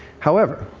however,